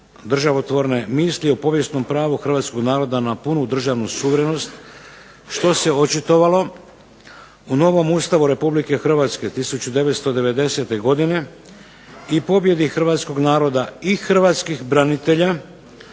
državotvorne misli o povijesnom pravu hrvatskog naroda na punu državnu suverenost što se očitovalo u novom Ustavu Republike Hrvatske 1990. godine i pobjedi hrvatskog naroda i hrvatskih branitelja